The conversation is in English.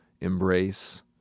embrace